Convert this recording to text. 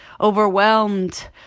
overwhelmed